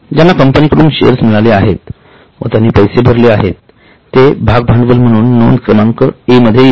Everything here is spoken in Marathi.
ज्यांना कंपनीकडून शेअर्स मिळालेले आहेत व त्यांनी पैसे भरले आहेत ते भाग भांडवल म्हणून नोंद क्रमांक ए मध्ये येते